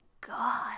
God